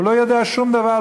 הוא לא יודע שום דבר,